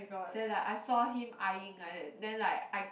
then ah I saw him eying like that then like I